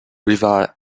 river